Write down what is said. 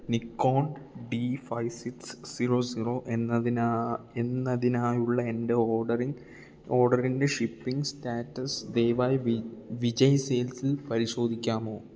Nikon D five six zero zero എന്നതിനാ എന്നതിനായുള്ള എൻറ്റെ ഓഡറിൽ ഓർഡറിൻറ്റെ ഷിപ്പിങ് സ്റ്റാറ്റസ് ദയവായി വിജയ് സെയിൽസിൽ പരിശോധിക്കാമോ